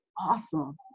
Awesome